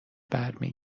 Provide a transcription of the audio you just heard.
برمی